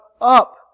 up